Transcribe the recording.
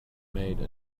made